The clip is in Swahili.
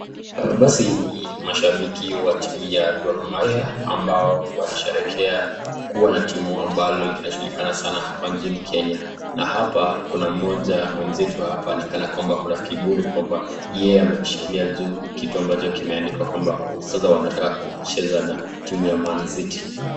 Hawa basi ni mashabiki wa timu ya Gor Mahia ambao wanasherehekea kuwa na timu ambalo linajulikana sana kama nchini Kenya, na hapa kuna moja mwenzetu hapa ni kana kwamba ako na kiburi kwamba yeye ameshikilia juu kitu ambacho kimeandikwa kwamba sasa wanataka kucheza na timu ya Man City.